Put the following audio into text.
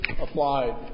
applied